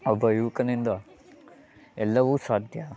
ಒಬ್ಬ ಯುವಕನಿಂದ ಎಲ್ಲವೂ ಸಾಧ್ಯ